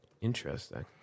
Interesting